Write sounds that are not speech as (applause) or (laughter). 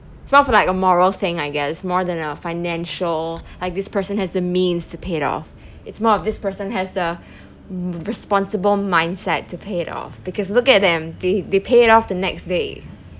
it's more of like a moral thing I guess more than a financial like this person has the means to pay it off it's more of this person has the (breath) responsible mindset to pay it off because look at them they they pay it off the next day